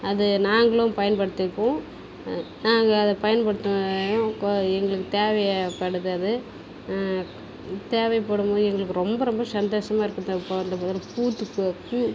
அது நாங்களும் பயன்படுத்திக்குவோம் நாங்கள் அதை பயன்படுத்த கோ எங்களுக்கு தேவைப்படுது அது தேவைப்படும்போது எங்களுக்கு ரொம்ப ரொம்ப சந்தோஷமாக இருக்குது பூத்து ப பூ